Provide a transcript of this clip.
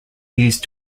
used